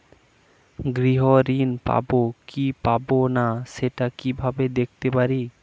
গৃহ ঋণ পাবো কি পাবো না সেটা কিভাবে দেখতে পারি?